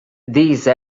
these